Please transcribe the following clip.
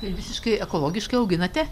tai visiškai ekologiškai auginate